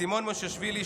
סימון מושיאשוילי,